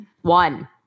one